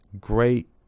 great